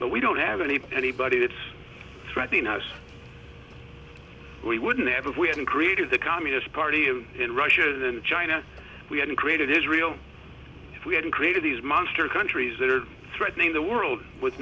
that we don't have any anybody that's threatening us we wouldn't have we hadn't created the communist party him in russia and china we hadn't created israel if we hadn't created these monster countries that are threatening the world with